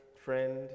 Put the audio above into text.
friend